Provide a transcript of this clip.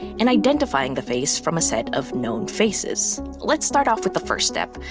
and identifying the face from a set of known faces. let's start off with the first step.